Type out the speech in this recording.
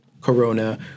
Corona